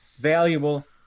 valuable